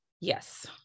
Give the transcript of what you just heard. Yes